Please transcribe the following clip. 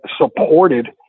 supported